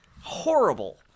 Horrible